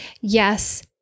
Yes